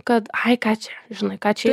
kad ai ką čia žinai ką čia